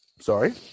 Sorry